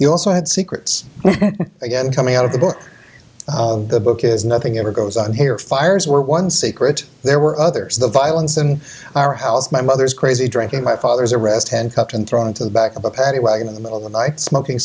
you also had secrets again coming out of the book the book is nothing ever goes on here fires where one secret there were others the violence in our house my mother's crazy drinking my father's arrest handcuffed and thrown into the back of a paddy wagon in the middle of